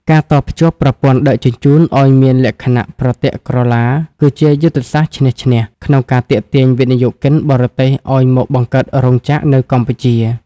ការតភ្ជាប់ប្រព័ន្ធដឹកជញ្ជូនឱ្យមានលក្ខណៈប្រទាក់ក្រឡា គឺជាយុទ្ធសាស្ត្រឈ្នះ-ឈ្នះ ក្នុងការទាក់ទាញវិនិយោគិនបរទេសឱ្យមកបង្កើតរោងចក្រនៅកម្ពុជា។